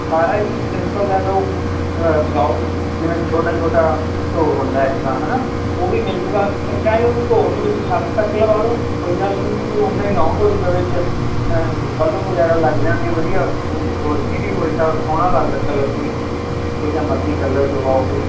ਸਾਰਾ ਜੀ ਸਿੰਪਲ ਲੈ ਲੋ ਵਿਦਾਊਟ ਜਿਵੇਂ ਛੋਟਾ ਛੋਟਾ ਢੋ ਹੁੰਦਾ ਇੱਕ ਤਾਂ ਹੈਨਾ ਉਹ ਵੀ ਮਿਲਜੂਗਾ ਚਾਹੇ ਉਹਨੂੰ ਢੋ ਨੂੰ ਤੁਸੀਂ ਛੱਤ ਤੱਕ ਲਵਾ ਲੋ ਕੋਈ ਗੱਲ ਨੀ ਜੀ ਓਨਾਂ ਈ ਲੋਂਗ ਹੋਜੂਗਾ ਵਿੱਚ ਬੱਲਬ ਵਗੈਰਾ ਲੱਗ ਜਾਣਗੇ ਵਧੀਆ ਰੋਸ਼ਨੀ ਵੀ ਸੋਹਣਾ ਲੱਗਦਾ ਕਲਰਫੁੱਲ ਜਿਹੇ ਜਿਹਾ ਮਰਜੀ ਕਲਰ ਕਰਵਾਓ ਕੁਛ